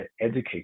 educate